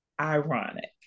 ironic